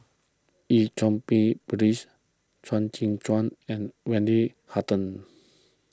Eu Cheng Pi Phyllis Chuang Tsuan and Wendy Hutton